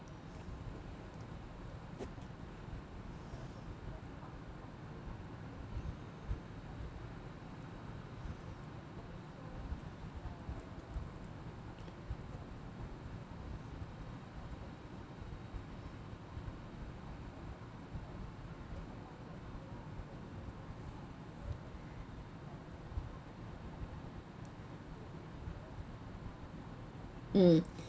mm